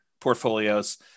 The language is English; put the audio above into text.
portfolios